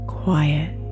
quiet